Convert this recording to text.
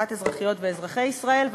לטובת אזרחיות ואזרחי ישראל.